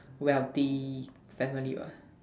wealthy family what